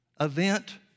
event